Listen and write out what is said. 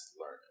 learner